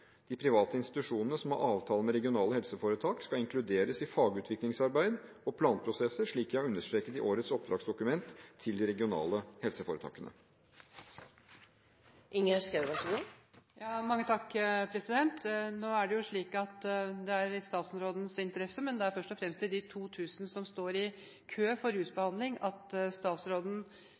De private institusjonene som har avtale med regionale helseforetak, skal inkluderes i fagutviklingsarbeid og planprosesser, slik jeg har understreket i årets oppdragsdokument til de regionale helseforetakene. Nå er det slik at det er i statsrådens interesse, men det er først og fremst i de 2 000 som står i kø for rusbehandlings interesse at statsråden